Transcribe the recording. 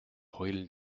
heulen